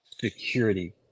security